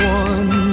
one